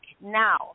Now